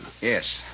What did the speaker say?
Yes